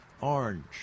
orange